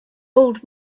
old